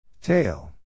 Tail